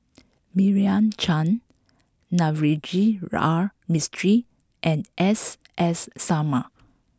Meira Chand Navroji R Mistri and S S Sarma